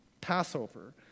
Passover